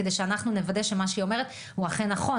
כדי שאנחנו נוודה שמה שהיא אומרת הוא אכן נכון,